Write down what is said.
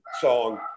song